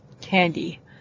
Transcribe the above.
candy